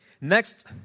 Next